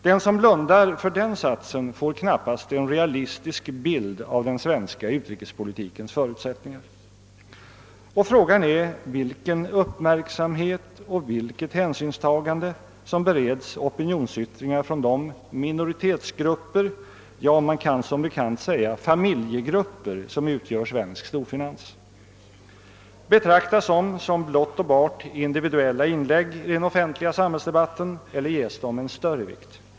Den som blundar för den satsen får knappast en realistisk bild av den svenska = utrikespolitikens förutsättningar. Och frågan är vilken uppmärksamhet och vilket hänsynstagande som bereds opinionsyttringar från de minoritetsgrupper — ja, man kan som bekant säga familjegrupper — som utgör svensk storfinans. Betraktas de som blott och bart individuella inlägg i den offentliga samhällsdebatten eller ges de en större vikt?